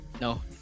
No